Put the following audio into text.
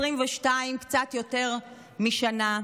קצת יותר משנה,